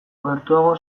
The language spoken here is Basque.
gertuago